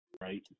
Right